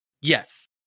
Yes